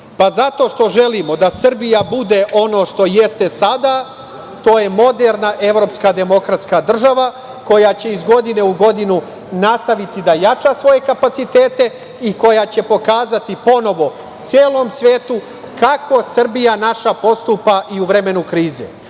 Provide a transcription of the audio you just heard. EU? Zato što želimo da Srbija bude ono što jeste sada, to je moderna evropska demokratska država koja će iz godine u godinu nastaviti da jača svoje kapacitete i koja će pokazati ponovo celom svetu kako Srbija naša postupa i u vremenu krize.